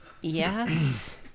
Yes